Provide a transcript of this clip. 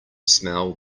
smell